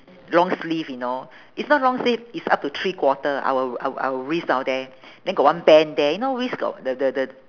long sleeve you know it's not long sleeve it's up to three quarter our our our wrist down there then got one bend there you know wrist the the the